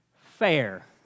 Fair